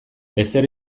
ezer